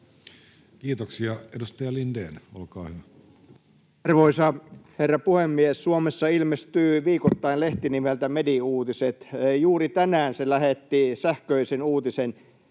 Kiitoksia. — Edustaja Lindén, olkaa hyvä. Arvoisa herra puhemies! Suomessa ilmestyy viikoittain lehti nimeltä Mediuutiset. Juuri tänään se lähetti sähköisen uutisen,